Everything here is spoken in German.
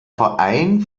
verein